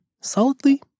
solidly